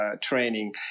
training